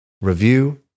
Review